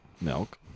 Milk